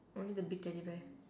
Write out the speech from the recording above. only the big teddy bear